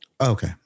Okay